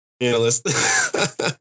analyst